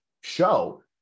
show